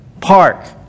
park